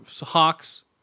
Hawks